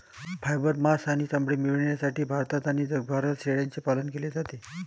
fibre, मांस आणि चामडे मिळविण्यासाठी भारतात आणि जगभरात शेळ्यांचे पालन केले जाते